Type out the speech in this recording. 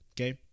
okay